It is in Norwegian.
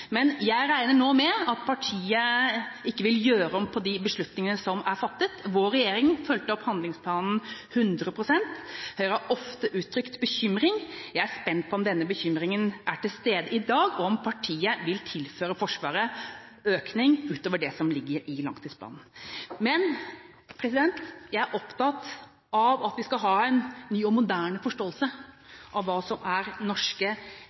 Jeg regner nå med at partiet ikke vil gjøre om på de beslutningene som er fattet. Vår regjering fulgte opp handlingsplanen hundre prosent. Høyre har ofte uttrykt bekymring. Jeg er spent på om denne bekymringen er til stede i dag, og om partiet vil tilføre Forsvaret økning ut over det som ligger i langtidsplanen. Jeg er opptatt av at vi skal ha en ny og moderne forståelse av hva som er norske